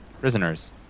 Prisoners